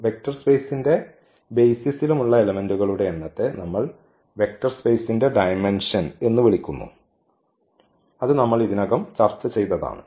vector സ്പേസിന്റെ ബെയ്സിസിലുമുള്ള എലെമെന്റുകളുടെ എണ്ണത്തെ നമ്മൾ വെക്റ്റർ സ്പേസിന്റെ ഡയമെൻഷൻ എന്ന് വിളിക്കുന്നു അത് നമ്മൾ ഇതിനകം ചർച്ച ചെയ്തതാണ്